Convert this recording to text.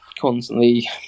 constantly